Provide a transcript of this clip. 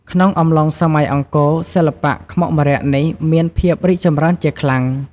ក្នុងអំឡុងសម័យអង្គរ សិល្បៈខ្មុកម្រ័ក្សណ៍នេះមានភាពរីកចម្រើនជាខ្លាំង។